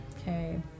Okay